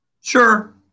Sure